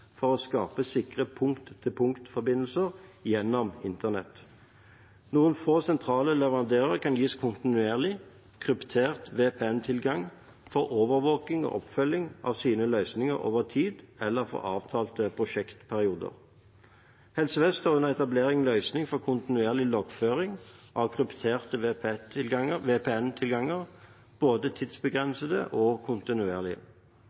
for å skape sikre «punkt-til-punkt»-forbindelser gjennom internett. Noen få sentrale leverandører kan gis kontinuerlig kryptert VPN-tilgang for overvåkning og oppfølging av sine løsninger over tid eller for avtalte prosjektperioder. Helse Vest har under etablering løsninger for kontinuerlig loggføring av krypterte VPN-tilganger, både tidsbegrensede og kontinuerlige.